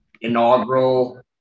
inaugural